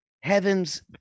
heaven's